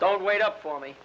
don't wait up for me